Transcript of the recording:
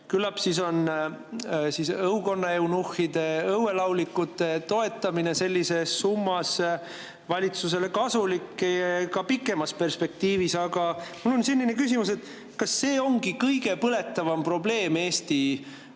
Küllap siis on õukonna eunuhhide ja õuelaulikute toetamine sellises summas valitsusele kasulik ka pikemas perspektiivis. Aga mul on selline küsimus: kas see on kõige põletavam probleem Eesti